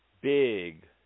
big